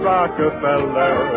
Rockefeller